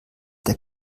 der